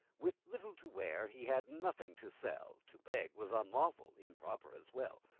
with little to wear, he had nothing to sell to beg was unlawful improper as well.